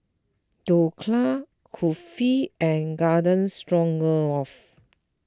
Dhokla Kulfi and Garden Stroganoff